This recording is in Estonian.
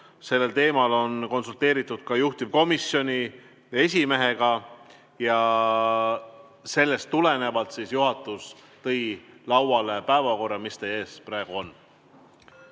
Sellel teemal on konsulteeritud ka juhtivkomisjoni esimehega ja sellest tulenevalt juhatus tõi lauale päevakorra, mis teie ees praegu on.